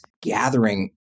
gathering